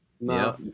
No